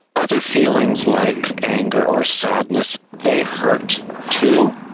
other feelings like anger or sadness, they hurt too,